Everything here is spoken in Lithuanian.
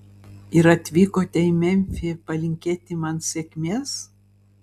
ir atvykote į memfį palinkėti man sėkmės